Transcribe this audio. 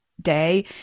day